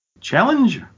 Challenge